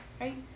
right